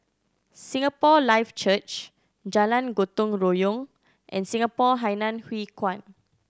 Singapore Life Church Jalan Gotong Royong and Singapore Hainan Hwee Kuan